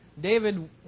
David